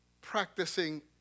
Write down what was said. practicing